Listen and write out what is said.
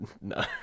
No